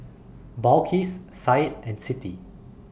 Balqis Said and Siti